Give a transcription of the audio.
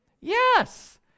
yes